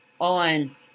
on